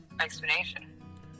explanation